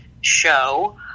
show